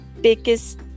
biggest